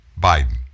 Biden